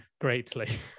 greatly